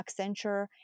Accenture